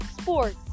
sports